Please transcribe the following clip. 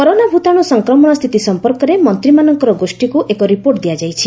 corona ଭୂତାଣୁ ସଂକ୍ରମଣ ସ୍ଥିତି ସମ୍ପର୍କରେ ମନ୍ତ୍ରୀମାନଙ୍କର ଗୋଷୀକୁ ଏକ ରିପୋର୍ଟ ଦିଆଯାଇଛି